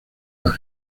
las